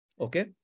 Okay